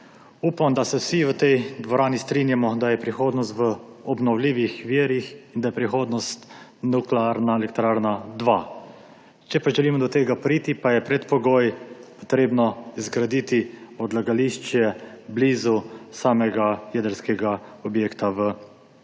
Upam, da se vsi tej dvorani strinjamo, da je prihodnost v obnovljivih virih in da je prihodnost nuklearna elektrarna 2. Če pa želimo do tega priti, pa je predpogoj, da se zgradi odlagališče blizu samega jedrskega objekta v Krškem.